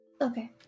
Okay